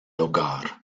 hogar